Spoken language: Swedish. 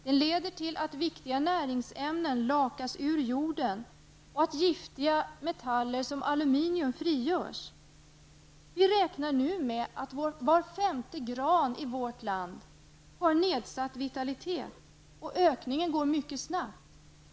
Den leder till att viktiga näringsämnen lakas ur jorden och att giftiga metaller, t.ex. aluminium, frigörs. Vi räknar nu med att var femte gran i vårt land har nedsatt vitalitet, och ökningen går mycket snabbt.